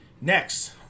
next